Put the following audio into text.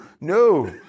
no